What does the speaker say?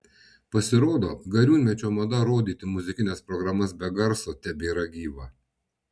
pasirodo gariūnmečio mada rodyti muzikines programas be garso tebėra gyva